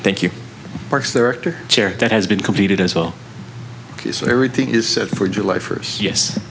thank you parks there after chair that has been completed as well as everything is set for july first